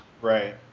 Right